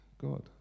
God